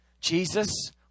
Jesus